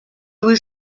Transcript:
was